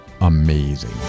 amazing